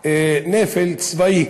נפל צבאי.